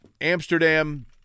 Amsterdam